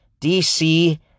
DC